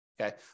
Okay